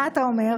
מה אתה אומר?